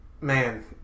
Man